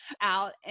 out